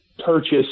Purchase